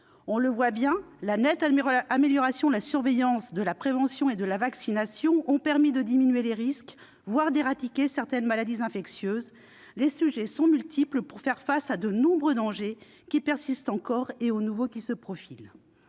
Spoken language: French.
À l'évidence, la nette amélioration de la surveillance, de la prévention et de la vaccination a permis de diminuer les risques, voire d'éradiquer certaines maladies infectieuses. Reste que les défis sont multiples pour faire face aux nombreux dangers qui persistent et aux nouveaux qui se profilent.